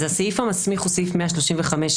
אז הסעיף המסמיך הוא סעיף 135(ב).